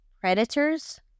predators